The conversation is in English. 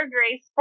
Grace